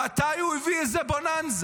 מתי הוא הביא איזה בוננזה?